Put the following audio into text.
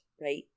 right